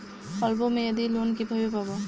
অল্প মেয়াদি লোন কিভাবে পাব?